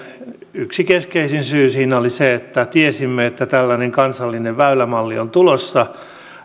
yksi keskeisin syy siinä oli se että tiesimme että tällainen kansallinen väylämalli on tulossa